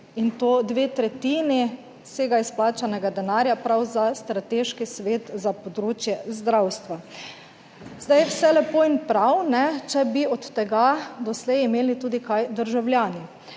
in to dve tretjini vsega izplačanega denarja prav za strateški svet za področje zdravstva. Zdaj vse lepo in prav, če bi od tega doslej imeli tudi kaj državljani,